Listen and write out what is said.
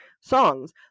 songs